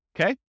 Okay